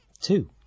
Two